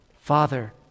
Father